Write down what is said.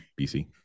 BC